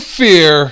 fear